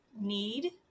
need